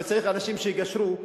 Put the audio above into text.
וצריך אנשים שיגשרו.